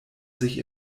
sich